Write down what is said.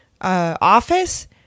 office